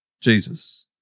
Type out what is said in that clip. Jesus